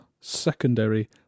secondary